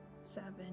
seven